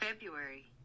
February